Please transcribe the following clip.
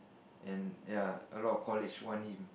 and ya a lot of college want him